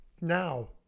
now